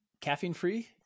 Caffeine-free